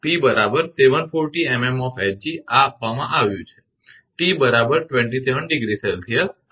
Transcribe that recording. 𝑝 740 𝑚𝑚 𝑜𝑓 𝐻𝑔 આ આપવામાં આવ્યું છે 𝑡 27° 𝐶